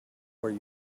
where